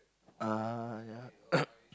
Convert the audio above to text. uh ya